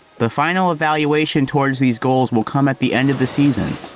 the final evaluation towards these goals will come at the end of the season.